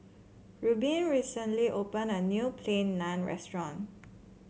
Reubin recently opened a new Plain Naan Restaurant